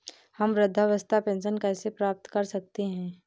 हम वृद्धावस्था पेंशन कैसे प्राप्त कर सकते हैं?